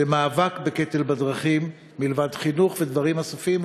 למאבק בקטל בדרכים מלבד חינוך ודברים נוספים,